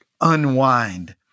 unwind